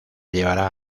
llevará